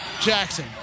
Jackson